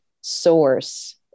source